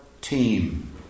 team